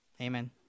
amen